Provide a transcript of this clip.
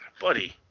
Buddy